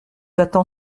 attend